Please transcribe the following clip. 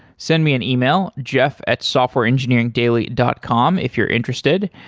send me an email, jeff at softwareengineeringdaily dot com if you're interested.